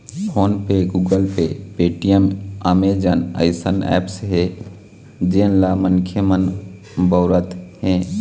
phone पे, Google pay, Paytm, Amazon अइसन apps हे जेन ल मनखे मन बउरत हें